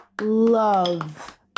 love